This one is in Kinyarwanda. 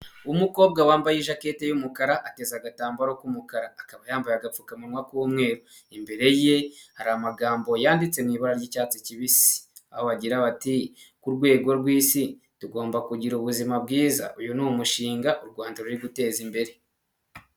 Umukobwa wambaye ijakete y'umukara, ateze agatambaro k'umukara, akaba yambaye agapfukamunwa k'umweru. Imbere ye hari amagambo yanditse mu ibara ry'icyatsi kibisi aho bagira bati ku rwego rw'isi tugomba kugira ubuzima bwiza. Uyu ni umushinga u Rwanda ruri guteza imbere.